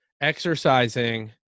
exercising